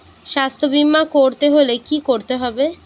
স্বাস্থ্যবীমা করতে হলে কি করতে হবে?